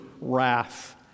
wrath